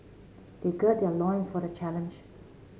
they gird their loins for the challenge